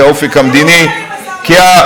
כי האופק המדיני, אתם,